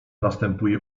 następuje